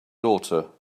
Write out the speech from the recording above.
daughter